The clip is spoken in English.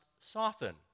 soften